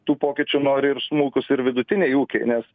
tų pokyčių nori ir smulkūs ir vidutiniai ūkiai nes